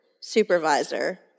supervisor